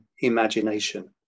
imagination